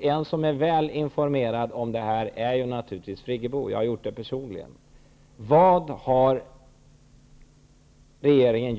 En som är väl informerad om detta är naturligtvis Birgit Friggebo -- jag har personligen informerat henne.